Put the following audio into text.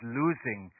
losing